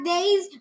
Days